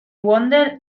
wonder